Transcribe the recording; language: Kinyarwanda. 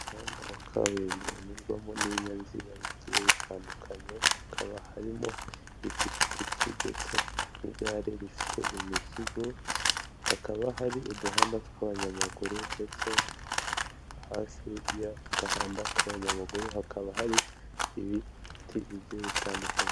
Umuhanda wa kaburimbo unyurwamo n'ibinyabiziga bigiye bitandukanye, hakaba harimo ipikipiki ndetse n'igare rifite imizigo, hakaba hari uduhanda tw'abanyamaguru ndetse hafi y'ako gahanda k'abanyamaguru hakaba hari ibiti bigiye bitandukanye.